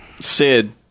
Sid